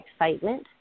excitement